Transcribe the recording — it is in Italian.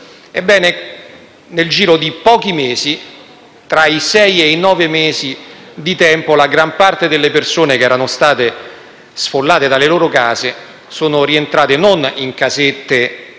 Ebbene, nel giro di pochi mesi - tra i sei e i nove - la gran parte delle persone che era stata sfollata dalle proprie case è rientrata non in casette